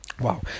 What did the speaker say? Wow